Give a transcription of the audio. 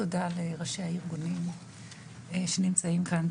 תודה לראשי הארגונים שנמצאים כאן,